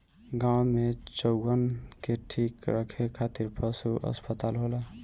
गाँव में चउवन के ठीक रखे खातिर पशु अस्पताल होला